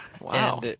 Wow